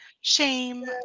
shame